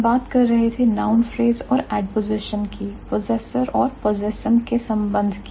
हम बात कर रहे थे noun phrase और adposition की possessor और possessum के संबंध की